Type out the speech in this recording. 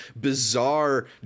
bizarre